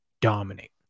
dominate